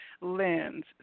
lens